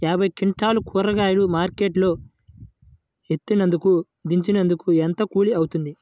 యాభై క్వింటాలు కూరగాయలు మార్కెట్ లో ఎత్తినందుకు, దించినందుకు ఏంత కూలి అవుతుంది?